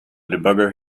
debugger